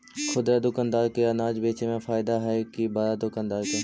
खुदरा दुकानदार के अनाज बेचे में फायदा हैं कि बड़ा दुकानदार के?